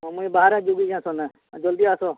ହଉ ମୁଇଁ ବାହାରେ ଯିବି କାଁ ଏସନେ ଆଉ ଜଲ୍ଦି ଆସ